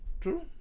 True